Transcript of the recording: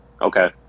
Okay